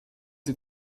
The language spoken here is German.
sie